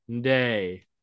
Day